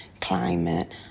climate